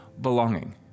belonging